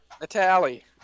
Natalie